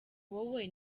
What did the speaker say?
wowe